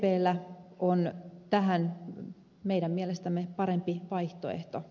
sdpllä on tähän meidän mielestämme parempi vaihtoehto